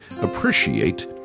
appreciate